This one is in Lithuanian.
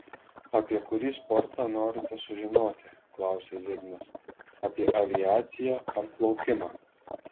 apie kurį sportą norite sužinoti klausia zigmas apie aviaciją ar plaukimą